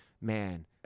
man